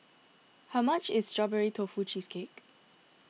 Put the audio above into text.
how much is Strawberry Tofu Cheesecake